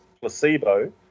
Placebo